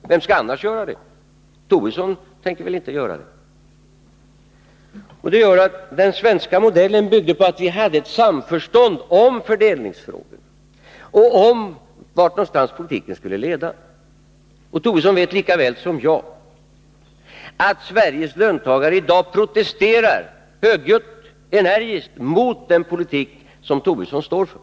Vem skall annars göra det? Lars Tobisson tänker väl inte göra det? Den svenska modellen byggde på att vi hade ett samförstånd om fördelningsfrågorna och om vart politiken skulle leda. Lars Tobisson vet lika väl som jag att Sveriges löntagare i dag protesterar, högljutt och energiskt, mot den politik som Lars Tobisson står för.